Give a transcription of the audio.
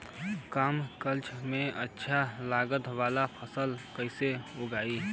कम खर्चा में अच्छा लागत वाली फसल कैसे उगाई?